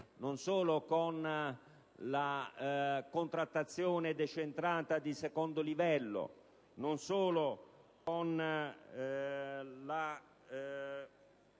non solo con la contrattazione decentrata di secondo livello, non solo con la